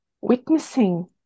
witnessing